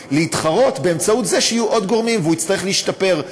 לתחרות באמצעות זה שיהיו עוד גורמים והוא יצטרך להשתפר.